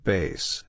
Base